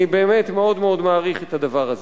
אני באמת מאוד מאוד מעריך את הדבר הזה,